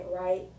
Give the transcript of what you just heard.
right